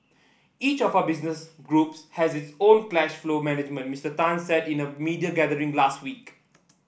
each of our business groups has its own cash flow management Mister Tan said in a media gathering last week